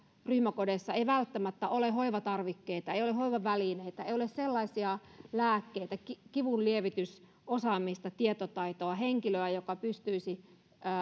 ryhmäkodeissa ei välttämättä ole hoivatarvikkeita ei ole hoivavälineitä ei ole sellaisia lääkkeitä kivunlievitysosaamista tietotaitoa henkilöä joka pystyisi